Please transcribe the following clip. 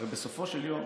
הרי בסופו של יום